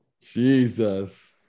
Jesus